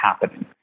happening